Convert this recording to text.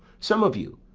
some of you,